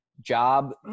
job